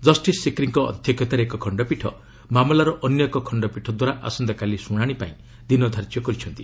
justice ସିକ୍ରିଙ୍କ ଅଧ୍ୟକ୍ଷତାରେ ଏକ ଖଣ୍ଡପୀଠ ମାମଲାର ଅନ୍ୟ ଏକ ଖଣ୍ଡପୀଠ ଦ୍ୱାରା ଆସନ୍ତାକାଲି ଶୁଣାଣି ପାଇଁ ଦିନ ଧାର୍ଯ୍ୟ କରିଛନ୍ତି